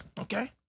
okay